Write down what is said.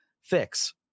fix